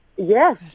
Yes